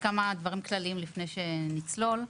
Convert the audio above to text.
לפני שנצלול,